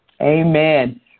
amen